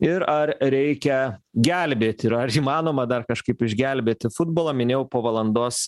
ir ar reikia gelbėti ir ar įmanoma dar kažkaip išgelbėti futbolą minėjau po valandos